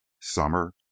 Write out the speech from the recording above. summer